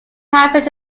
happened